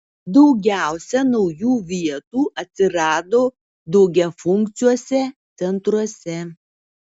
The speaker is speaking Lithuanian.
daugiausia naujų vietų atsirado daugiafunkciuose centruose